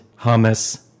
hummus